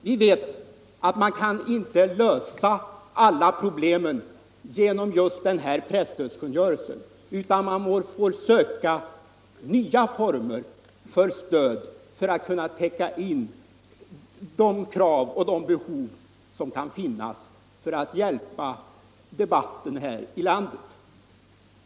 Vi vet att man inte kan lösa alla problemen genom presstödskungörelsen, utan att man får söka finna nya former av stöd för att tillgodose det behov av hjälp som kan föreligga när det gäller att stödja pressdebatten i vårt land.